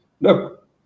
look